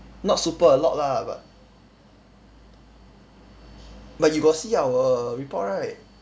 not super a lot lah but but you got see our report right